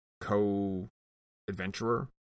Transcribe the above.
co-adventurer